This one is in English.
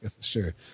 sure